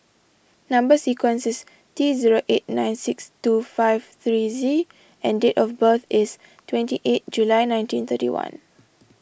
Number Sequence is T zero eight nine six two five three Z and date of birth is twenty eight July nineteen thirty one